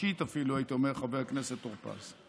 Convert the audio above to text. ורגשית אפילו, הייתי אומר, חבר הכנסת טור פז.